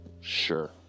sure